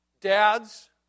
dads